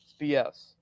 BS